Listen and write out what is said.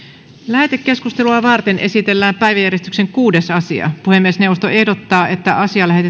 lähetekeskustelua varten esitellään päiväjärjestyksen kuudes asia puhemiesneuvosto ehdottaa että asia lähetetään